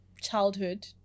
childhood